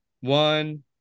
one